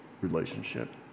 relationship